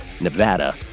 Nevada